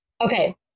okay